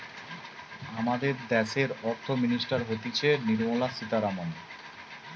আমাদের দ্যাশের অর্থ মিনিস্টার হতিছে নির্মলা সীতারামন